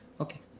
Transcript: Okay